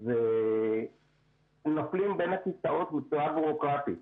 אז נופלים בין הכיסאות בצורה בירוקרטית.